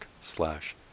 slash